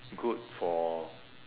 good for